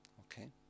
Okay